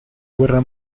guerra